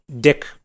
Dick